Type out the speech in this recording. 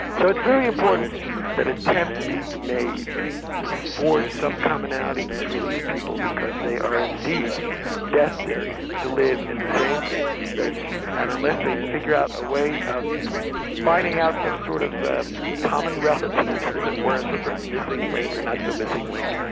so it's very important that attempts be made to forge some commonality between these people because they are indeed destined to live in the same space and unless they figure out a way of finding out some sort of common relatives as it were, some sort of missing link or not-so-missing link,